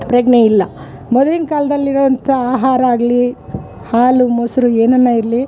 ಪ್ರಜ್ಞೆ ಇಲ್ಲ ಮೊದ್ಲಿನ ಕಾಲದಲ್ಲಿ ಇರೋಂಥ ಆಹಾರ ಆಗಲಿ ಹಾಲು ಮೊಸರು ಏನನ ಇರಲಿ